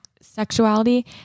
sexuality